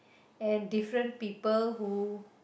and different people who